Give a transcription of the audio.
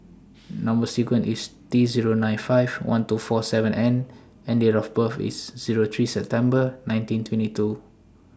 Number sequence IS T Zero nine five one two four seven N and Date of birth IS Zero three September nineteen twenty two